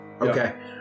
Okay